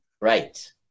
Right